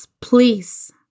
Please